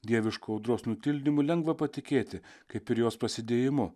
dievišku audros nutildymu lengva patikėti kaip ir jos prasidėjimu